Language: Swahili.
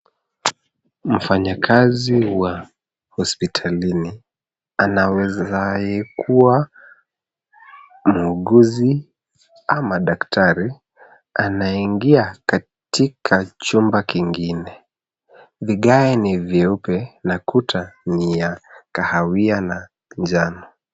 Mfanyakazi wa hospitalini anaweza kuwa muuguzi ama daktari anaingia katika chumba kingine. Vigae ni vyeupe na kuta ni ya kahawia na njano.